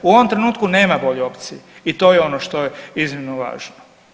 U ovom trenutku i nema bolje opcije i to je ono što je iznimno važno.